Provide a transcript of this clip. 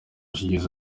kigeze